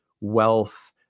wealth